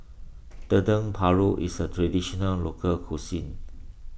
Dendeng Paru is a Traditional Local Cuisine